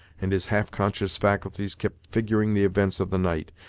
and his half-conscious faculties kept figuring the events of the night,